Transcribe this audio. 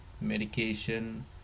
medication